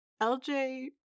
Lj